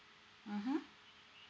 mmhmm